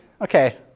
okay